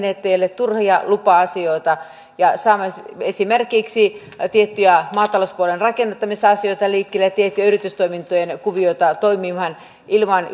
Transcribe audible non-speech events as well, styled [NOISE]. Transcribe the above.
[UNINTELLIGIBLE] ettei ole turhia lupa asioita ja että saamme esimerkiksi tiettyjä maatalouspuolen rakennuttamisasioita liikkeelle ja tiettyjä yritystoimintojen kuvioita toimimaan ilman [UNINTELLIGIBLE]